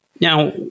Now